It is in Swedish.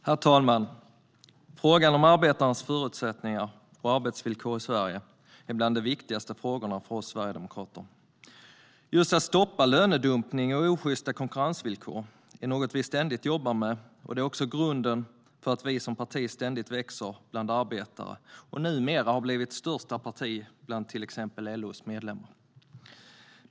Herr talman! Frågan om arbetarnas förutsättningar och arbetsvillkor i Sverige är bland de viktigaste frågorna för oss sverigedemokrater. Just att stoppa lönedumpning och osjysta konkurrensvillkor är något som vi ständigt jobbar med, och det är också grunden för att vi som parti ständigt växer bland arbetare och numera har blivit största parti bland till exempel LO:s medlemmar.